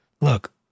look